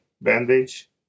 Bandage